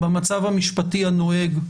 במצב המשפטי הנוהג,